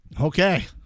okay